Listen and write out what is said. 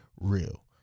real